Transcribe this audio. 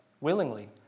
willingly